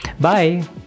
Bye